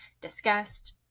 discussed